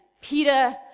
Peter